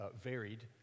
varied